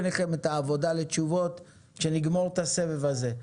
ביניכם את העבודה לתשובות לאחר שנגמור את הסבב הזה.